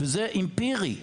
וזה אמפירי,